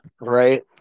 right